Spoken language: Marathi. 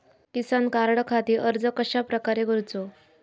किसान कार्डखाती अर्ज कश्याप्रकारे करूचो?